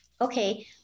okay